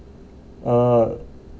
uh